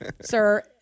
Sir